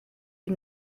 die